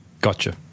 Gotcha